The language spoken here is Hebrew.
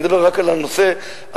אני מדבר רק על הנושא הדיורי,